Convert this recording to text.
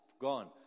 gone